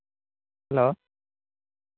hello